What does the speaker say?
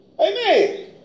Amen